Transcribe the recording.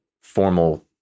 formal